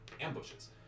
ambushes